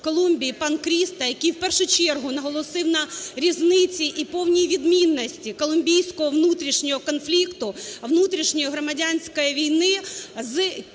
Колумбії панКрісто, який в першу чергу наголосив на різниці і повній відмінності колумбійського внутрішнього конфлікту, внутрішньої громадянської війни з тією